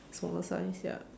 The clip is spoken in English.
smaller size ya